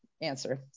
answer